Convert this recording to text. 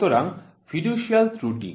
সুতরাং ফিডুশিয়াল ত্রুটি